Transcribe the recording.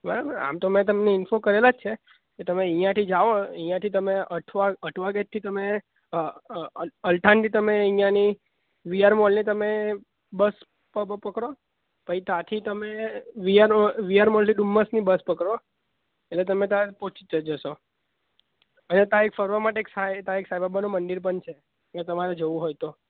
બરાબર આમ તો મેં તમને ઇન્ફૉ કરેલા જ છે કે તમે અહીંયા જાઓ અહીંયાથી તમે અઠવા ગેટથી તમે અલથાણથી તમે અહીંયાની વી આર મોલની તમે બસ પકડો પછી ત્યાંથી તમે વીઆર વી આર મોલથી ડુમસની બસ પકડો એટલે તમે ત્યાં પહોંચી જશો હવે ત્યાં એક ફરવા માટે એક સાઈ તા એક સાઈ બાબાનું મંદિર પણ છે ત્યાં તમારે જવું હોય તો